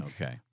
Okay